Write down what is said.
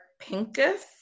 Pinkus